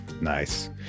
Nice